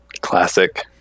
Classic